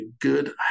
good